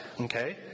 okay